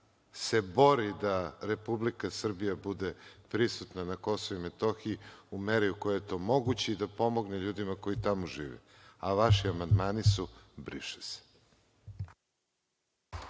se bori da Republika Srbija bude prisutna na KiM u meri u kojoj je to moguće i da pomogne ljudima koji tamo žive, a vaši amandmani su – briše se.